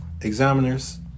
examiners